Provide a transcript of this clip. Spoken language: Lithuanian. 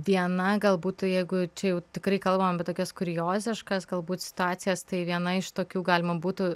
viena gal būtų jeigu čia jau tikrai kalbam apie tokias kurioziškas galbūt situacijas tai viena iš tokių galima būtų